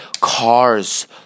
Cars